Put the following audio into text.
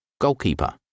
goalkeeper